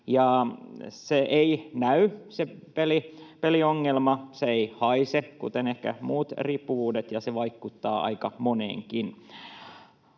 peliongelma ei näy, se ei haise, kuten ehkä muut riippuvuudet, ja se vaikuttaa aika moneenkin.